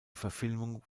verfilmung